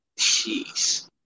Jeez